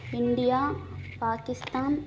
India Pakistan